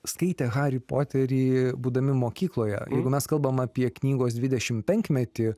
skaitė harį poterį būdami mokykloje jeigu mes kalbam apie knygos dvidešim penkmetį